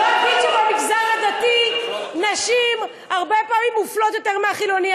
לא אגיד שבמגזר הדתי נשים הרבה יותר פעמים מופלות מאשר בחילוני,